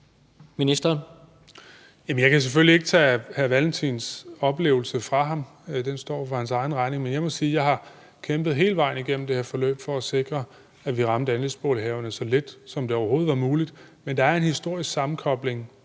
Jeg kan selvfølgelig ikke tage hr. Kim Valentins oplevelse fra ham. Den må stå for hans egen regning. Men jeg må sige, at jeg hele vejen igennem det her forløb har kæmpet for at sikre, at vi ramte andelsbolighaverne så lidt, som det overhovedet var muligt, men der er en historisk sammenkobling